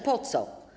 Po co?